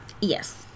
Yes